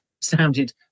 sounded